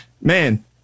man